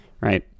Right